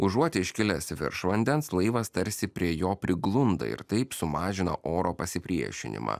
užuot iškilęs virš vandens laivas tarsi prie jo priglunda ir taip sumažina oro pasipriešinimą